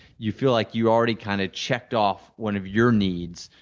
you feel like you already kind of checked off one of your needs.